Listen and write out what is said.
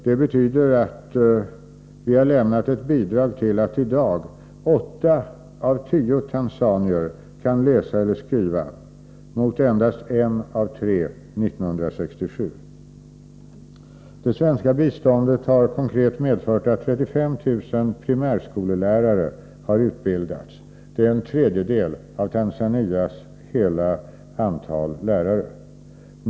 Det betyder att vi har lämnat ett bidrag till att i dag åtta av tio tanzanier kan läsa och skriva, mot endast en av tre år 1967. Det svenska biståndet har konkret medfört att 35 000 primärskolelärare har utbildats. Det är en tredjedel av det totala antalet lärare i Tanzania.